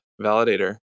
validator